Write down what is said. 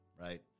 right